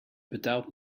betaalt